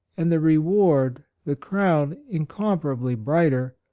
and the reward, the crown incomparably brighter,